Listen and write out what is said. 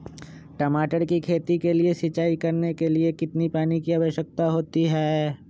टमाटर की खेती के लिए सिंचाई करने के लिए कितने पानी की आवश्यकता होती है?